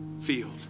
field